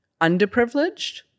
underprivileged